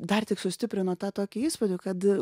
dar tik sustiprino tą tokį įspūdį kad